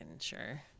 sure